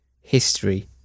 history